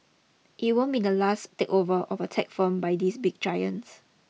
it won't be the last takeover of a tech firm by these big giants